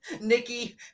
Nikki